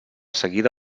seguida